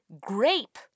grape